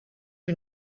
who